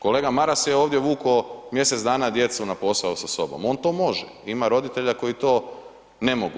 Kolega Maras je ovdje vukao mjesec dana djecu na posao sa sobom, on to može, ima roditelja koji to ne mogu.